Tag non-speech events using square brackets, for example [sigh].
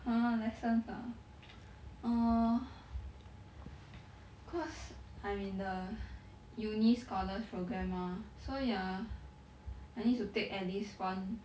!huh! lessons ah [noise] err [breath] cause I'm in the [breath] uni scholars programme mah so ya [breath] I need to take at least one